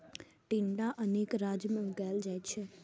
टिंडा अनेक राज्य मे उगाएल जाइ छै